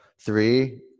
three